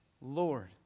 Lord